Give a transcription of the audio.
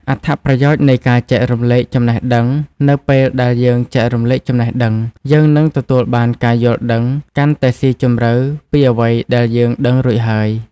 អត្ថប្រយោជន៍នៃការចែករំលែកចំណេះដឹងនៅពេលដែលយើងចែករំលែកចំណេះដឹង យើងនឹងទទួលបានការយល់ដឹងកាន់តែស៊ីជម្រៅពីអ្វីដែលយើងដឹងរួចហើយ។